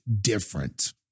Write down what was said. different